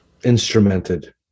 Instrumented